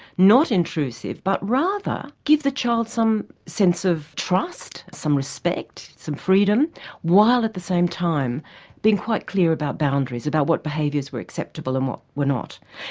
not intrusive but rather give the child some sense of trust, some respect, some freedom while at the same time being quite clear about boundaries, about what behaviours were acceptable and what were not.